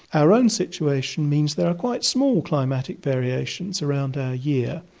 our own situation means there are quite small climatic variations around our year.